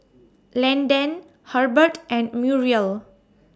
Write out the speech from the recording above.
Landan Herbert and Muriel